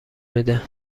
میده